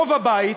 רוב הבית